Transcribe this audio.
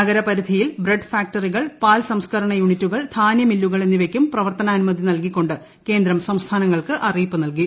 നഗരപരിധിയിൽ ബ്രഡ്ഫാക്ടറികൾ പാൽ സംസ്കരണ യൂണിറ്റുകൾ ധാന്യമില്ലുകൾ എന്നിവയ്ക്കും പ്രവർത്തനാനുമതി നൽകികൊണ്ട് കേന്ദ്രം സംസ്ഥാനങ്ങൾക്ക് അറിയിപ്പ് നൽകി